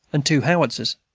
and two howitzers.